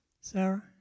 Sarah